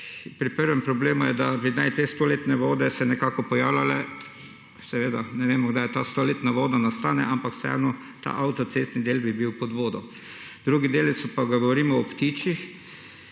pri prvem problemu je, da bi naj te stoletne vode se nekako pojavljale. Seveda ne vemo, kdaj ta stoletna voda nastane, ampak vseeno, ta avtocestni del bi bil pod vodo. Drugi deli so pa, govorimo o ptičih,